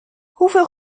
hoeveel